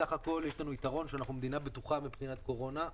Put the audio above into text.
סך-הכול יש לנו יתרון שאנחנו מדינה בטוחה מבחינת קורונה.